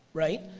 right?